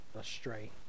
astray